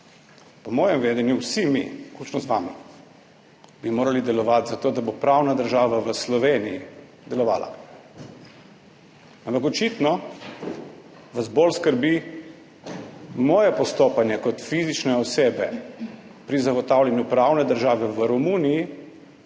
Po mojem vedenju bi morali vsi mi, vključno z vami, delovati zato, da bo pravna država v Sloveniji delovala, ampak očitno vas bolj skrbi moje postopanje kot fizične osebe pri zagotavljanju pravne države v Romuniji,